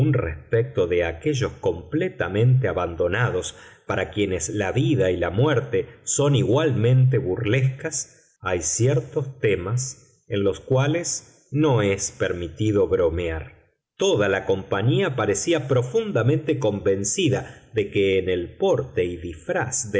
respecto de aquellos completamente abandonados para quienes la vida y la muerte son igualmente burlescas hay ciertos temas en los cuales no es permitido bromear toda la compañía parecía profundamente convencida de que en el porte y disfraz